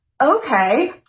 okay